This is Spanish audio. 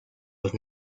los